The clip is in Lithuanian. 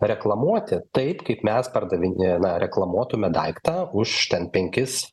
reklamuoti taip kaip mes pardavinėjame reklamuotume daiktą už ten penkis